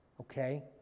Okay